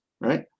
right